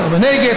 סרבני גט,